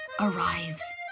arrives